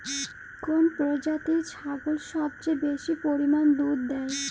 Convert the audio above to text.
কোন প্রজাতির ছাগল সবচেয়ে বেশি পরিমাণ দুধ দেয়?